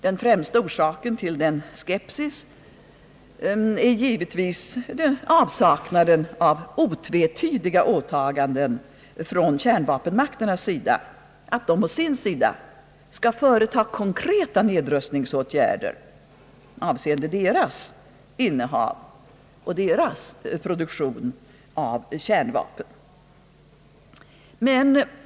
Den främsta orsaken till denna skepsis är givetvis avsaknaden av otvetydiga åtaganden från kärnvapenmakternas sida, att de å sin sida skall företa konkreta nedrustningsåtgärder avseende deras innehav och deras produktion av kärnvapen.